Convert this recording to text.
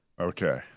Okay